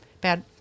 bad